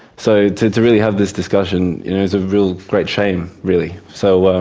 so, to to really have this discussion, you know, is a real great shame, really. so,